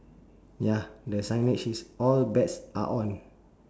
ya that signage is all bets are on